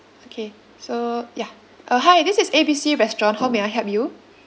okay so ya uh hi this is A B C restaurant how may I help you